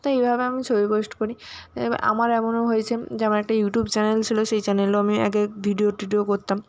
তো এইভাবে আমি ছবি পোস্ট করি এবার আমার এমনও হয়েছে যে আমার একটা ইউটিউব চ্যানেল ছিলো সেই চ্যানেলেও আমি আগে ভিডিও টিডিও করতাম